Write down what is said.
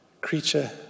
creature